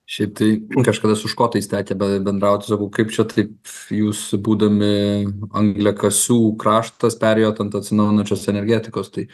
šiaip tai kažkada su škotais tekę bendraut sakau kaip čia taip jūs būdami angliakasių kraštas perėjot ant atsinaujinančios energetikos tai